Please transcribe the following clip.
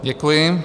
Děkuji.